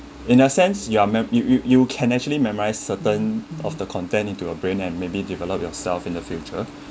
in a sense your mem~ you you you can actually memorise certain of the content into a brain and maybe develop yourself in the future